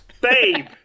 Babe